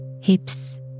hips